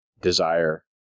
desire